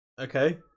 Okay